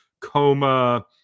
coma